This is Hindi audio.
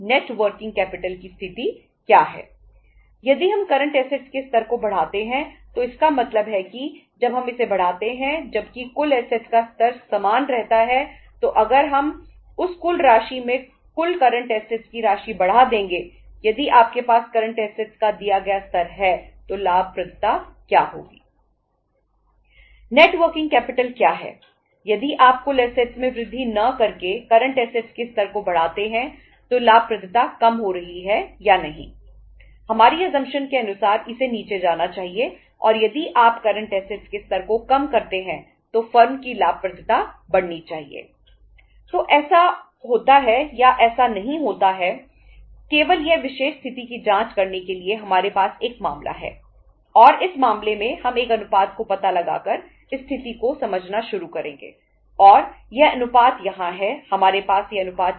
नेट वर्किंग कैपिटल से अनुपात